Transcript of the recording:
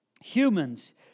humans